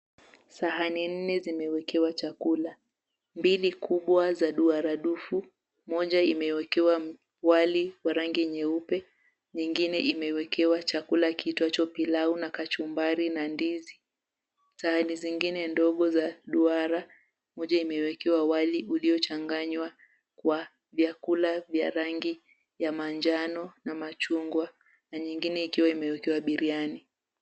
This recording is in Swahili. Sahani nne zimewekewa chakula. Mbili kubwa za duara dufu, moja imewekewa wali wa rangi nyeupe, nyingine imewekewa chakula kiitwacho pilau na kachumbari na ndizi. Sahani zingine ndogo za duara, moja imewekewa wali uliochanganywa kwa vyakula vya rangi ya manjano na machungwa na nyingine ikiwa imewekewa biriyani.